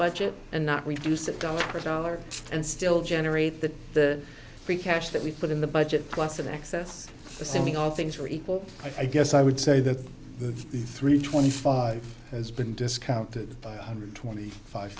budget and not reduce it down for a dollar and still generate that the free cash that we put in the budget plus in excess assuming all things are equal i guess i would say that the three twenty five has been discounted by one hundred twenty five